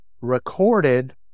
recorded